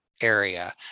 area